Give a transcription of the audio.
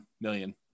million